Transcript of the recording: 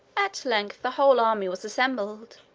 at length the whole army was assembled,